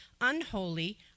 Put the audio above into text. unholy